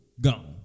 Gone